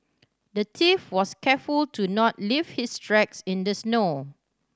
the thief was careful to not leave his tracks in the snow